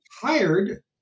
hired